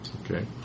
Okay